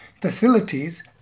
Facilities